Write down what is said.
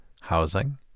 housing